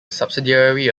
subsidiary